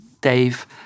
Dave